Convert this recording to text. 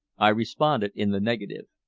i responded in the negative.